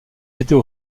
était